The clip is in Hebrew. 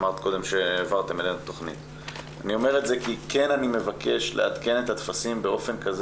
אני אומר את זה כי אני מבקש לעדכן את הטפסים כך